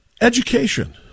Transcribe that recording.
education